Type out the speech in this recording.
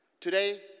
Today